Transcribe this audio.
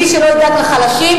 מי שלא ידאג לחלשים,